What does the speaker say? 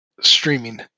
streaming